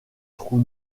trou